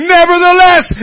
Nevertheless